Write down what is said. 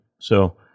So-